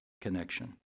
connection